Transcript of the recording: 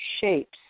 shapes